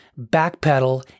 backpedal